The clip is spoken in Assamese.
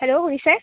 হেল্ল' শুনিছে